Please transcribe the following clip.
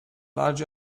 large